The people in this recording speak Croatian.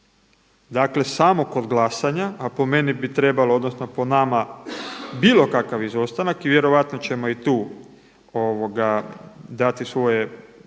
dakle samo kod glasanja, a po meni bi trebalo odnosno po nama bilo kakav izostanak i vjerojatno ćemo i tu dati svoj